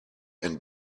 and